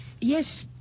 Yes